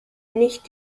nicht